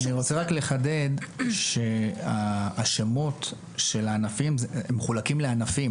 אני רוצה לחדד שהשמות מחולקים לענפים.